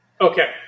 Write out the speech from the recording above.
Okay